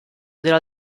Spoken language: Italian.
della